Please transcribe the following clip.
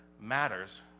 matters